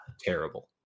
Terrible